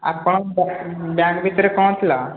ଆପଣଙ୍କ ବ୍ୟାଗ୍ ଭିତରେ କ'ଣ ଥିଲା